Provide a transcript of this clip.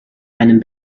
einen